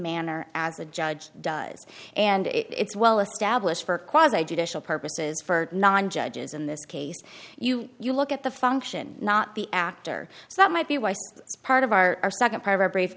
manner as the judge does and it's well established for quality education purposes for non judges in this case you you look at the function not the actor so that might be part of our second part of our brief